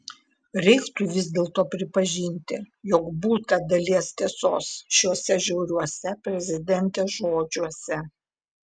reiktų vis dėlto pripažinti jog būta dalies tiesos šiuose žiauriuose prezidentės žodžiuose